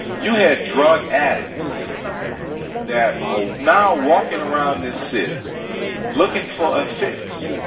you have drug addicts that are now walking around this city looking for a fix.